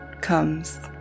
comes